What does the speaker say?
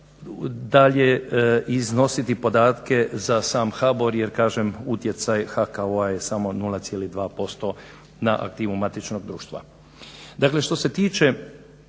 dalje iznositi podatke za sam HBOR jer kažem utjecaj HKO je samo 0,2% na aktivu matičnog društva.